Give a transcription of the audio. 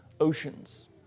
oceans